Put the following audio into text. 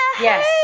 Yes